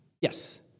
Yes